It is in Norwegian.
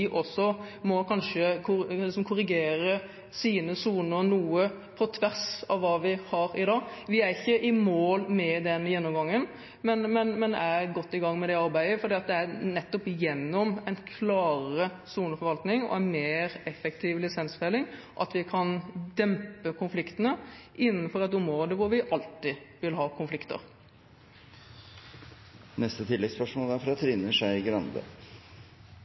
også kanskje må korrigere sine soner noe, på tvers av hva vi har i dag. Vi er ikke i mål med den gjennomgangen, men er godt i gang med det arbeidet. Det er nettopp gjennom en klarere soneforvaltning og en mer effektiv lisensfelling at vi kan dempe konfliktene innenfor et område hvor vi alltid vil ha konflikter. Trine Skei Grande – til oppfølgingsspørsmål. Det er